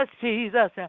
Jesus